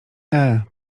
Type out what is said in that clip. eee